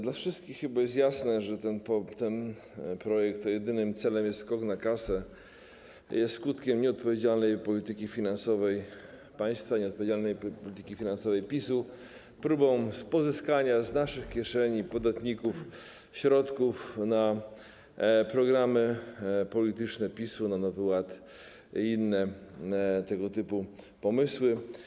Dla wszystkich chyba jest jasne, że ten projekt, którego jedynym celem jest skok na kasę, jest skutkiem nieodpowiedzialnej polityki finansowej państwa i nieodpowiedzialnej polityki finansowej PiS-u, próbą pozyskania z naszych kieszeni, z kieszeni podatników środków na programy polityczne PiS-u, na Nowy Ład i inne tego typu pomysły.